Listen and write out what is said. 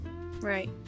right